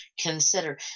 consider